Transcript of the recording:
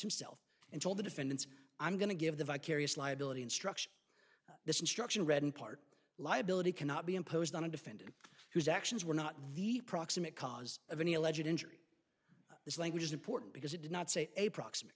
himself and told the defendants i'm going to give the vicarious liability instruction this instruction read in part liability cannot be imposed on a defendant whose actions were not the proximate cause of any alleged injury this language is important because it did not say a proximate